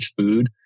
food